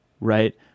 right